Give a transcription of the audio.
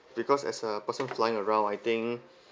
because as a person flying around I think